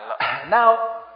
Now